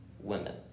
women